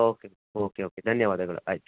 okay okay okay ಧನ್ಯವಾದಗಳು ಆಯಿತು